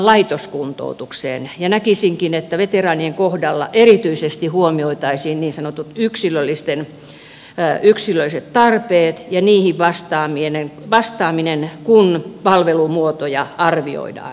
näkisinkin että veteraanien kohdalla erityisesti huomioitaisiin niin sanotut yksilölliset tarpeet ja niihin vastaaminen kun palvelumuotoja arvioidaan